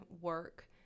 work